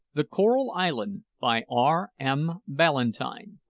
the coral island, by r m. ballantyne.